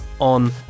on